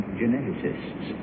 geneticists